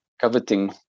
coveting